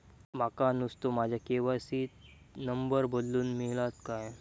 माका नुस्तो माझ्या के.वाय.सी त नंबर बदलून मिलात काय?